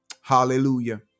Hallelujah